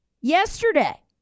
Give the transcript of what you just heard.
yesterday